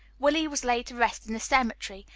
willie was laid to rest in the cemetery,